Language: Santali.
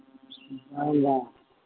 ᱦᱮ ᱡᱟᱦᱟᱸ